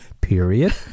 Period